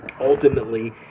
Ultimately